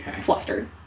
flustered